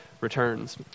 returns